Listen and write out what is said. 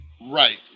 Right